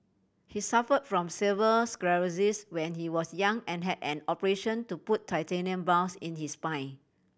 he suffer from severe sclerosis when he was young and had an operation to put titanium bars in his spine